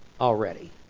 already